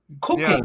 cooking